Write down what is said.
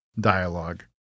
dialogue